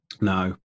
No